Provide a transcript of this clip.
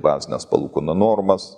bazines palūkanų normas